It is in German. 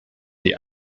die